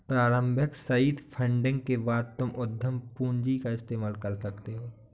प्रारम्भिक seed funding के बाद तुम उद्यम पूंजी का इस्तेमाल कर सकते हो